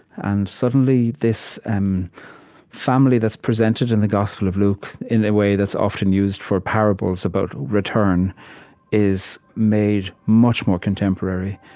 and suddenly, this um family that's presented in the gospel of luke in a way that's often used for parables about return is made much more contemporary.